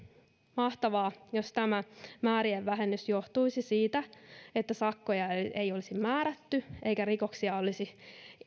mahtavaa jos tämä määrien vähennys johtuisi siitä että sakkoja ei ei olisi määrätty eikä rikoksia olisi